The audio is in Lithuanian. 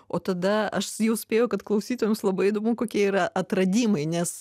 o tada aš jau spėju kad klausytojams labai įdomu kokie yra atradimai nes